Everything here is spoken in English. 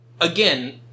again